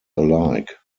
alike